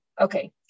Okay